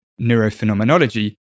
neurophenomenology